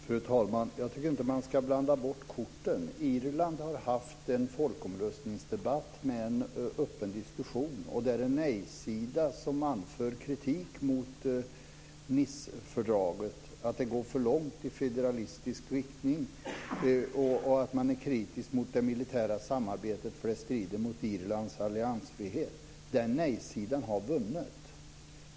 Fru talman! Jag tycker inte att man ska blanda bort korten. Irland har haft en folkomröstningsdebatt med en öppen diskussion där nej-sidan har anfört kritik mot Nicefördraget, sagt att det går för långt i federalistisk riktning och att man är kritisk mot det militära samarbetet då detta strider mot Irlands alliansfrihet, och nej-sidan har vunnit.